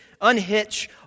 unhitch